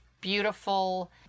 beautiful